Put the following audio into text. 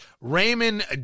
Raymond